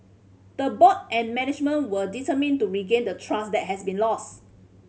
the board and management were determined to regain the trust that has been lost